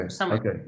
okay